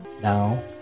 Now